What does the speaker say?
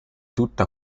tutta